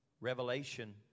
Revelation